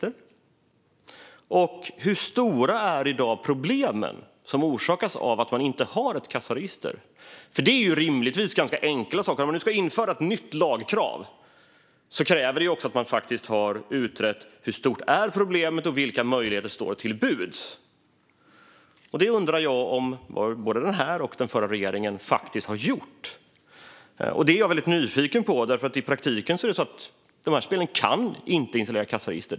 Och hur stora är i dag de problem som orsakas av att man inte har ett kassaregister? Det är rimligtvis ganska enkla saker. Om man nu ska införa ett nytt lagkrav krävs det ju att man också har utrett hur stort problemet är och vilka möjligheter som står till buds. Jag undrar om denna regering och den förra regeringen verkligen har gjort detta. Jag är väldigt nyfiken på detta. I praktiken kan dessa spel inte installera något kassaregister.